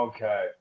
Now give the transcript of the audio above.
Okay